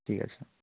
ঠিক আছে